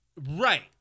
Right